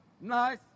nice